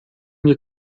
nie